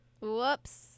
Whoops